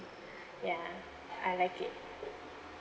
ya I like it